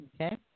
Okay